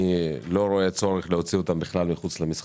אני לא רואה צורך להוציא אותם אל מחוץ למשחק.